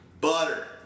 Butter